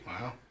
Wow